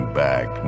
back